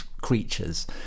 creatures